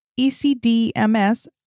ECDMS